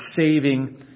Saving